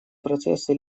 процессы